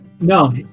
No